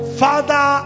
father